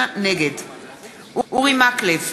נגד אורי מקלב,